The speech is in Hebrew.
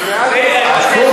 למה רק את הכובע?